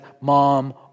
mom